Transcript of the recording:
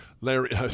Larry